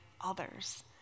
others